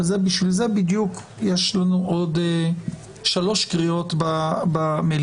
אבל בשביל זה בדיוק יש לנו עוד שלוש קריאות במליאה.